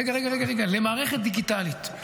רגע, רגע, למערכת דיגיטלית.